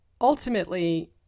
ultimately